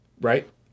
Right